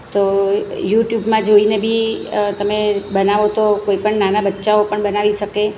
તો યુટ્યુબમાં જોઈને બી તમે બનાવો તો કોઈ પણ નાના બચ્ચાઓ પણ બનાવી શકે